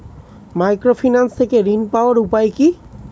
Microfinance থেকে ঋণ পাওয়ার উপায় কি?